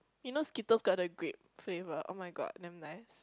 you know Skittles got the grape flavour [oh]-my-god damn nice